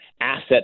asset